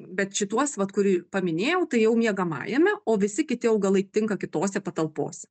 bet šituos vat kur paminėjau tai jau miegamajame o visi kiti augalai tinka kitose patalpose